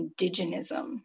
Indigenism